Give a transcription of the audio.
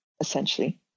essentially